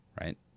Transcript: right